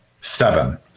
Seven